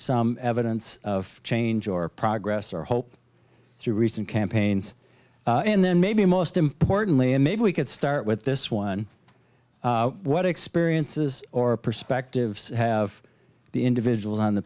some evidence of change or progress or hope through recent campaigns and then maybe most importantly and maybe we could start with this one what experiences or perspectives have the individuals on the